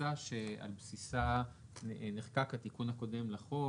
התפיסה שעל בסיסה נחקק התיקון הקודם לחוק,